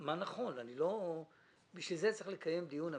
מה נכון, בשביל זה צריך לקיים דיון אמיתי.